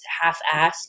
half-assed